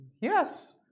Yes